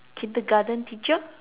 kindergarten teacher